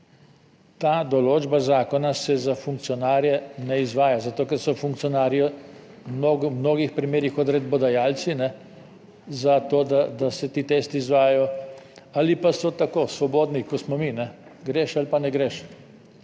Ta določba zakona se za funkcionarje ne izvaja, zato ker so funkcionarji v mnogih primerih odredbodajalci, za to, da se ti testi izvajajo ali pa so tako, svobodni, kot smo mi, kajne, greš ali pa ne greš.